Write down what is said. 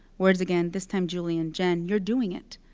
words again. this time julian, jen. you're doing it.